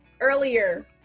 earlier